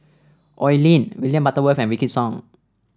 Oi Lin William Butterworth and Wykidd Song